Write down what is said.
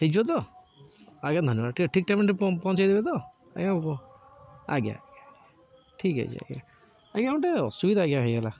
ହେଇଯିବ ତ ଆଜ୍ଞା ଧନ୍ୟବାଦ ଠିକ ଠିକ୍ ଟାଇମରେ ପହଞ୍ଚେଇଦେବେ ତ ଆଜ୍ଞା ଆଜ୍ଞା ଆଜ୍ଞା ଠିକ୍ ଅଛି ଆଜ୍ଞା ଆଜ୍ଞା ଗୋଟେ ଅସୁବିଧା ଆଜ୍ଞା ହେଇଗଲା